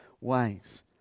ways